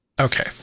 Okay